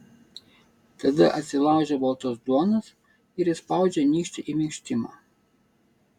tada atsilaužia baltos duonos ir įspaudžia nykštį į minkštimą